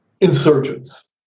insurgents